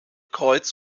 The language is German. kreuz